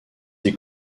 des